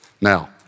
Now